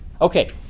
Okay